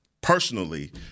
personally